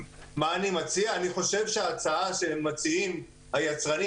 אני חושב שההצעה שמציעים היצרנים,